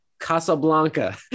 Casablanca